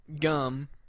gum